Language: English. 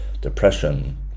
depression